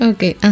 Okay